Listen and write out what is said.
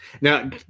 Now